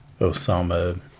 Osama